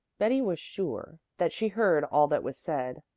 betty was sure that she heard all that was said,